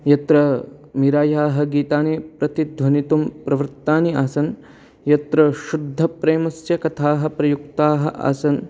यत्र मीरायाः गीतानि प्रतिध्वनितुं प्रवृत्तानि आसन् यत्र शुद्धप्रेमस्य कथाः प्रयुक्ताः आसन्